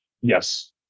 Yes